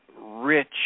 rich